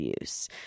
use